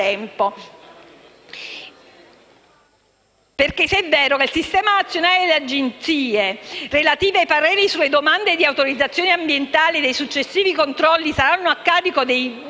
se è vero che il sistema nazionale delle agenzie relative ai pareri sulle domande di autorizzazione ambientale e i successivi controlli saranno a carico dei